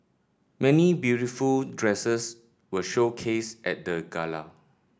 many beautiful dresses were showcased at the gala